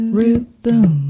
rhythm